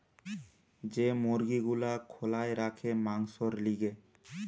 যে মুরগি গুলা খোলায় রাখে মাংসোর লিগে